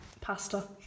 pasta